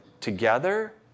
together